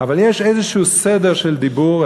אבל יש איזשהו סדר של דיבור.